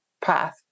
path